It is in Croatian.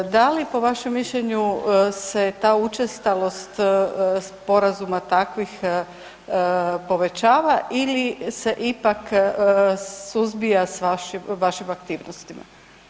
Da li po vašem mišljenju se ta učestalost sporazuma takvih povećava ili se ipak suzbija s vašim aktivnostima?